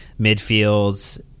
midfields